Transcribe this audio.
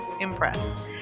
impressed